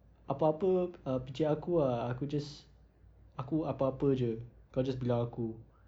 apa apa err aku ah aku just aku apa apa jer kau just bela aku